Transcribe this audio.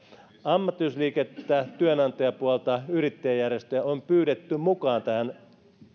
ammattiyhdistysliikettä työnantajapuolta ja yrittäjäjärjestöjä on pyydetty mukaan